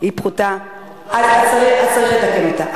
היא פחותה, אז צריך לתקן אותה.